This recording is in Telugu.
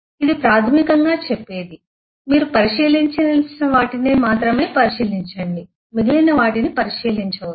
ఇది ప్రాథమికంగా చెప్పేది మీరు పరిశీలించాల్సిన వాటిని మాత్రమే పరిశీలించండి మిగిలిన వాటిని పరిశీలించవద్దు